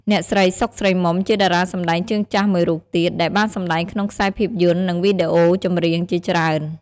អ្នកស្រី សុខ ស្រីមុំ ជាតារាសម្តែងជើងចាស់មួយរូបទៀត ដែលបានសម្ដែងក្នុងខ្សែភាពយន្ត និងវីដេអូចម្រៀងជាច្រើន។